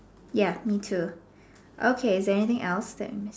ya me too okay is there anything else